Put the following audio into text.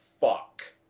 fuck